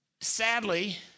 sadly